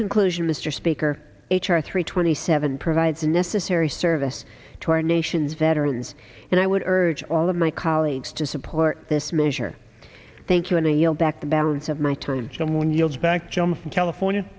conclusion mr speaker h r three twenty seven provides the necessary service to our nation's veterans and i would urge all of my colleagues to support this measure thank you and i yield back the balance of my term someone yells back jim from california